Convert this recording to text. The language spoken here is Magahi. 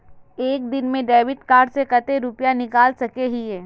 एक दिन में डेबिट कार्ड से कते रुपया निकल सके हिये?